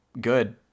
good